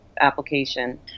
application